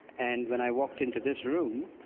and when i walked into this room,